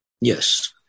Yes